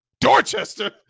Dorchester